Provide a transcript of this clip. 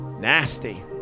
Nasty